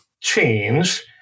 change